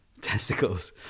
testicles